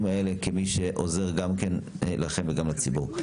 האלה כמי שעוזר גם כן לכם וגם לציבור.